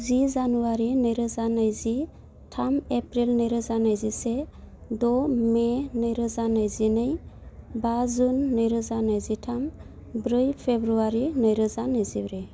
जि जानुवारि नैरोजा नैजि थाम एप्रिल नैरोजा नैजिसे द' मे नैरोजा नैजिनै बा जुन नैरोजा नैजिथाम ब्रै फ्रेब्रुवारि नैरोजा नैजिब्रै